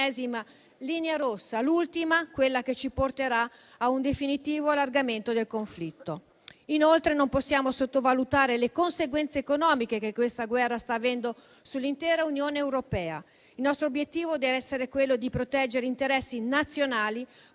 linea rossa, l'ultima, quella che ci porterà a un definitivo allargamento del conflitto. Inoltre, non possiamo sottovalutare le conseguenze economiche che questa guerra sta avendo sull'intera Unione europea. Il nostro obiettivo deve essere quello di proteggere gli interessi nazionali